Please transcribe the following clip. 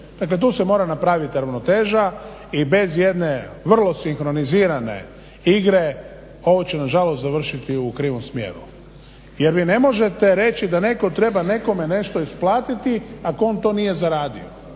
Dakle tu se mora napraviti ravnoteža i bez jedne vrlo sinkronizirane igre ovo će nažalost završiti u krivom smjeru. Jer vi ne možete reći da netko treba nekome nešto isplatiti ako on to nije zaradio